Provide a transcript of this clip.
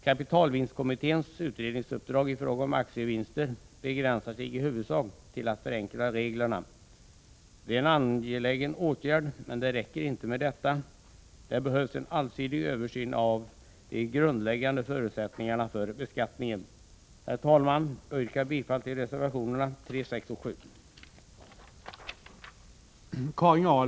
Kapitalvinstkommitténs utredningsuppdrag i fråga om aktievinster begränsar sig i huvudsak till att förenkla reglerna. Det är en angelägen åtgärd, men det räcker inte med detta. Det behövs en allsidig översyn av de grundläggande förutsättningarna för beskattningen. Herr talman! Jag yrkar bifall till reservationerna 3, 6 och 7.